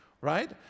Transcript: right